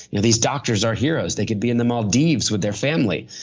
you know these doctors are heroes. they could be in the maldives with their family.